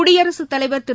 குடியரசுத் தலைவா் திரு